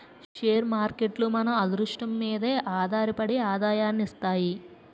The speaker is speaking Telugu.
షేర్ మార్కేట్లు మన అదృష్టం మీదే ఆధారపడి ఆదాయాన్ని ఇస్తాయి